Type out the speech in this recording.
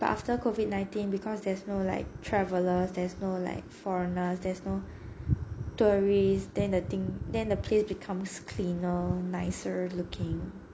but after COVID nineteen because there's no like travellers there's no like foreigners there's no tourists than the thing than the place becomes cleaner nicer looking